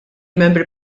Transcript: membri